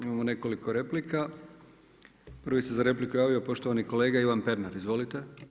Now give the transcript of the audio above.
Imamo nekoliko replika, prvi se za repliku javio poštovani kolega Ivan Pernar, izvolite.